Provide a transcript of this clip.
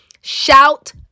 shout